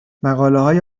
مقالههای